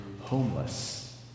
homeless